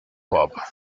pop